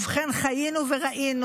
ובכן, חיינו וראינו.